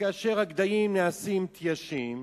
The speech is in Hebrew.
וכאשר הגדיים נעשים תיישים